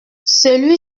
celui